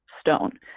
stone